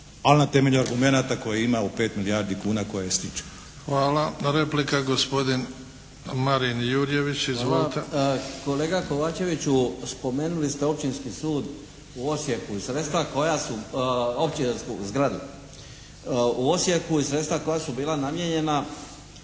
Ali na temelju argumenata koje ima u 5 milijardi kuna koje stiče. **Bebić, Luka (HDZ)** Hvala. Replika gospodin Marin Jurjević. Izvolite. **Jurjević, Marin (SDP)** Hvala. Kolega Kovačeviću spomenuli ste Općinski sud u Osijeku i sredstva koja su, općinsku zgradu u Osijeku i sredstva koja su bila namijenjena